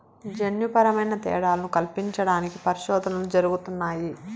జన్యుపరమైన తేడాలను కల్పించడానికి పరిశోధనలు జరుగుతున్నాయి